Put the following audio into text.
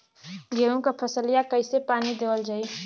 गेहूँक फसलिया कईसे पानी देवल जाई?